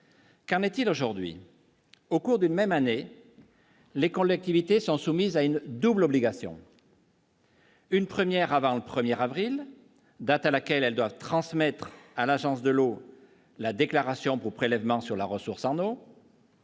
Qu'en est-il aujourd'hui au cours d'une même année, les collectivités sont soumis à une double obligation. Une première avant le 1er avril, date à laquelle elles doivent transmettre à l'Agence de l'eau, la déclaration pour prélèvement sur la ressource en eau.